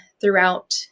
throughout